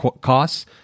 costs